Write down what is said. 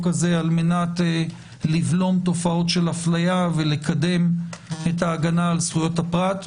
הזה על מנת לבלום תופעות של הפליה ולקדם את ההגנה על זכויות הפרט.